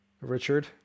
Richard